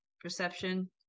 perception